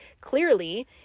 clearly